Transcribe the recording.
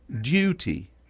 duty